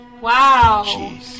Wow